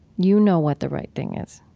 you know what the right thing is.